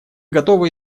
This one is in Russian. готовы